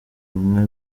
rumwe